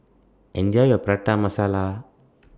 Enjoy your Prata Masala